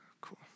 Cool